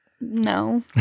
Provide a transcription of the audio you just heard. No